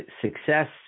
success